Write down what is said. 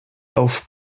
auf